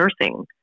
nursing